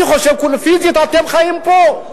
אני חושב שפיזית אתם חיים פה,